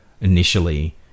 initially